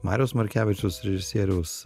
mariaus markevičiaus režisieriaus